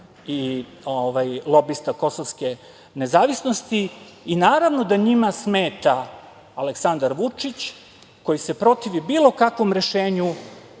i lobista kosovske nezavisnosti i naravno da njima smeta Aleksandar Vučić koji se protivi bilo kakvom rešenju